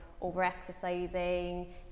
over-exercising